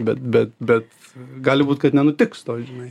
bet bet bet gali būt kad nenutiks to žinai